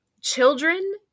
children